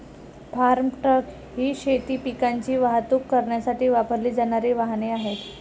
form truck ही शेती पिकांची वाहतूक करण्यासाठी वापरली जाणारी वाहने आहेत